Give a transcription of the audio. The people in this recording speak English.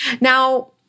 Now